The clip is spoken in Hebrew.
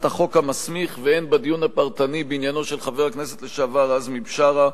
החוק המסמיך והן בדיון הפרטני בעניינו של חבר הכנסת לשעבר עזמי בשארה,